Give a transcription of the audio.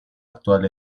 actual